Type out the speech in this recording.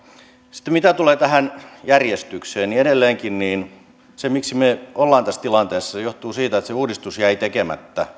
sitten mitä tulee tähän järjestykseen niin edelleenkin se miksi me olemme tässä tilanteessa johtuu siitä että se uudistus jäi tekemättä